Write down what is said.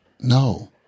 No